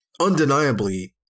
undeniably